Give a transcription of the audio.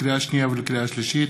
לקריאה שנייה ולקריאה שלישית: